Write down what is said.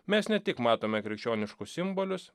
mes ne tik matome krikščioniškus simbolius